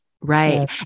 Right